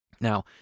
Now